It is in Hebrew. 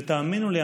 ותאמינו לי,